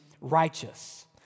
righteous